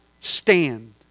stand